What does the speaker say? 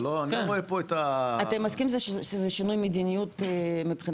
אני לא רואה פה את --- אתה מסכים שזה שינוי מדיניות מבחינה